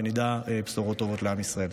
ונדע בשורות טובות לעם ישראל.